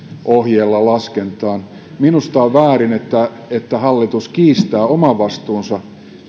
ohjeella laskentaan minusta on väärin että hallitus kiistää oman vastuunsa